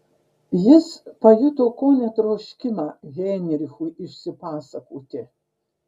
jis pajuto kone troškimą heinrichui išsipasakoti